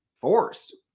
forced